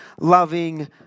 loving